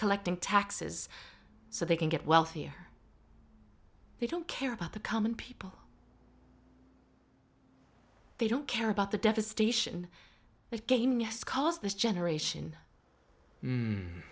collecting taxes so they can get wealthier they don't care about the common people they don't care about the devastation again yes cause this generation